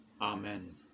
Amen